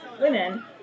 women